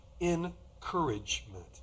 encouragement